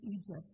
Egypt